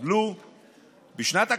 בשנת הקורונה,